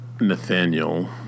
Nathaniel